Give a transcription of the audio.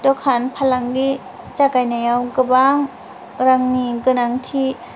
दखान फालांगि जागायनायाव गोबां रांनि गोनांथि